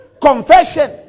Confession